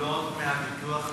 שמקבלות מהביטוח הלאומי,